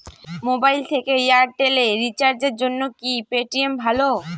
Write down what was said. Mobile থেকে Airtel এ রিচার্জের জন্য কি পেটিএম ভালো?